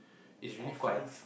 is really fun